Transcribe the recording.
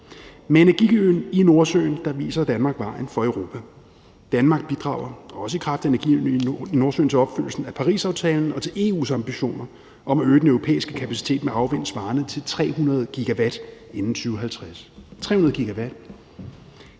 Med energiøen i Nordsøen viser Danmark vejen for Europa. Danmark bidrager, også i kraft af energiøen i Nordsøen, til opfyldelsen af Parisaftalen og EU's ambitioner om at øge den europæiske kapacitet med havvind svarende til 300 GW inden 2050. Her